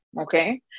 okay